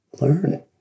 learn